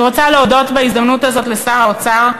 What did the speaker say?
אני רוצה להודות בהזדמנות הזאת לשר האוצר,